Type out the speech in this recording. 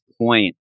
point